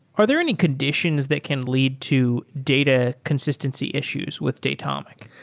are there any conditions that can lead to data consistency issues with datomic,